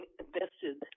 invested